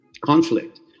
conflict